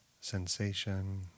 sensation